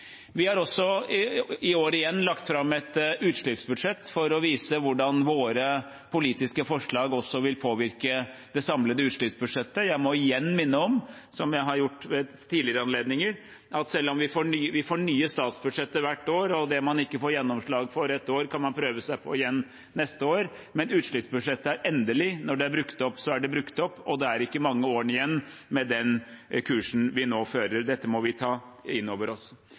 Vi har i år igjen lagt fram et utslippsbudsjett for å vise hvordan våre politiske forslag også vil påvirke det samlede utslippsbudsjettet. Jeg må igjen minne om, som jeg har gjort ved tidligere anledninger, at vi får nye statsbudsjetter hvert år, og det man ikke får gjennomslag for ett år, kan man prøve seg på igjen neste år. Men utslippsbudsjettet er endelig: Når det er brukt opp, så er det brukt opp – og det er ikke mange årene igjen med den kursen vi nå fører. Dette må vi ta inn over oss.